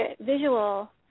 visual